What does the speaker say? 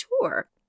tour